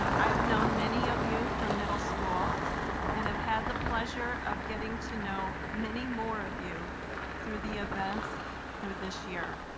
i've known many of you from middle school and have had the pleasure of getting to know many more of you through the events this year.